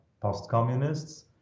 post-communists